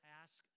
ask